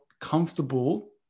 comfortable